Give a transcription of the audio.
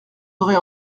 aurez